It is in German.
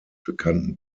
bekannten